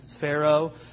pharaoh